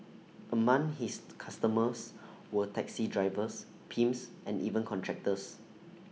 among his customers were taxi drivers pimps and even contractors